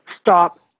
stop